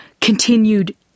continued